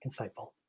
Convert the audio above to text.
insightful